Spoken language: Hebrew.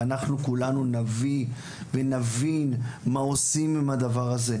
ואנחנו כולנו נביא ונבין מה עושים עם הדבר הזה.